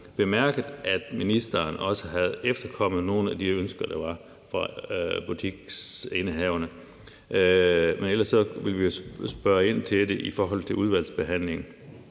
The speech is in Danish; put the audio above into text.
bemærket, at ministeren også havde efterkommet nogle af de ønsker, der var fra butiksindehaverne, og ellers vil vi jo spørge ind til det i forbindelse med udvalgsbehandlingen.